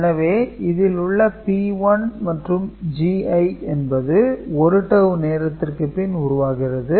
எனவே இதில் உள்ள P1 மற்றும் Gi என்பது 1 டவூ நேரத்திற்கு பின் உருவாகிறது